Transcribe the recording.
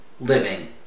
living